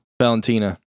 Valentina